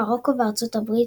מרוקו וארצות הברית,